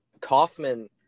Kaufman